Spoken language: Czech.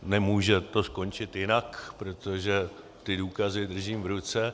Nemůže to skončit jinak, protože ty důkazy držím v ruce.